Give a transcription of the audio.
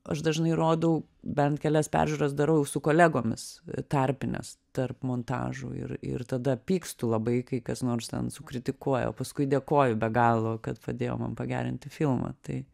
aš dažnai rodau bent kelias peržiūras darau su kolegomis tarpines tarp montažo ir ir tada pykstu labai kai kas nors ten sukritikuoja o paskui dėkoju be galo kad padėjo man pagerinti filmą tai